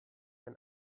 ein